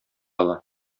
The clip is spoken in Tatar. ала